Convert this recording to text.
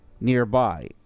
nearby